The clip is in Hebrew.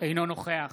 אינו נוכח